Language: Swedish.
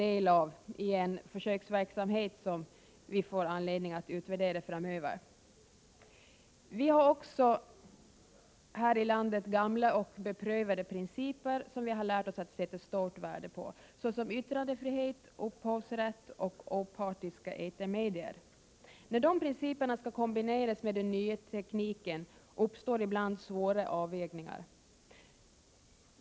Det rör sig om en försöksverksamhet, som vi framdeles får anledning att utvärdera. Vi har också gamla och beprövade principer som vi lärt oss att sätta stort värde på såsom yttrandefrihet, upphovsrätt och opartiska etermedier. När de principerna skall kombineras med den nya tekniken uppstår ibland svåra avvägningar.